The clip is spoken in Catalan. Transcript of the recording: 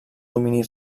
domini